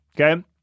okay